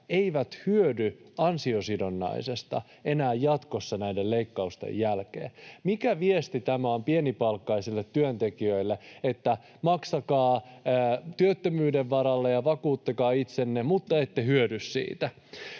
ei hyödy ansiosidonnaisesta enää jatkossa, näiden leikkausten jälkeen. Mikä viesti on pienipalkkaisille työntekijöille tämä, että maksakaa työttömyyden varalle ja vakuuttakaa itsenne mutta ette hyödy siitä?